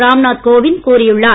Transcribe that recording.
ராம்நாத் கோவிந்த் கூறியுள்ளார்